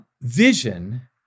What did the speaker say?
Vision